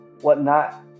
whatnot